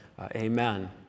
amen